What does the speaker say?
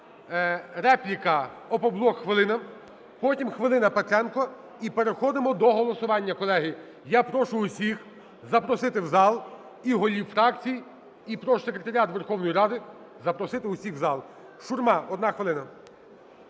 репліка, "Опоблок" хвилина, потім хвилина Петренко. І переходимо до голосування, колеги. Я прошу всіх запросити в зал і голів фракцій. І прошу секретаріат Верховної Ради запросити всіх в зал. Шурма, 1 хвилина.